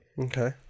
Okay